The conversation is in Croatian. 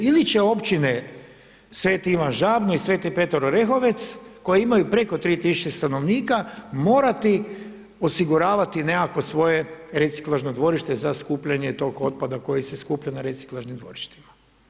Ili će općine Sveti Ivan Žabno i Sveti Petar Orehovec, koji imaju preko 3000 stanovnika morati osiguravati nekako svoje reciklažnom dvorište za skupljanje tog otpada koje se skuplja na reciklažnom dvorištima.